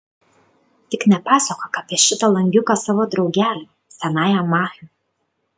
tik nepasakok apie šitą langiuką savo draugeliui senajam machiui